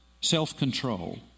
self-control